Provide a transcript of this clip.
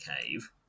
cave